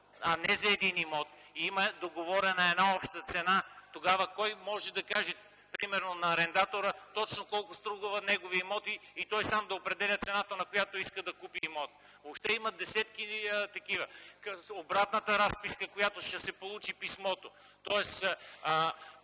а не за един имот и има договорена една обща цена, тогава кой може да каже примерно на арендатора точно колко струва неговият имот и той сам да определя цената, на която иска да купи имот? Въобще има десетки такива. Обратната разписка, с която ще се получи писмото, тоест